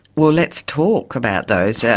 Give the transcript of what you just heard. well, let's talk about those. yeah